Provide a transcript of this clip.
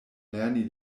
lerni